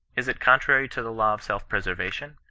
is it con trary to the law of self-preseryation?